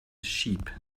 sheep